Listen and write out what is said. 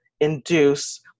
induce